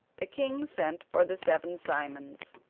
the king sent for the seven simons.